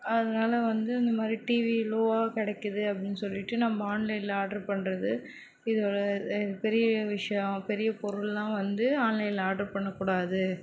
அதனால வந்து இந்த மாதிரி டிவி லோவாக கிடைக்குது அப்படின் சொல்லிட்டு நம்ம ஆன்லைனில் ஆர்ட்ரு பண்ணுறது இது ஒரு இது பெரிய விஷயம் பெரிய பொருளெலாம் வந்து ஆன்லைனில் ஆர்ட்ரு பண்ணக்கூடாது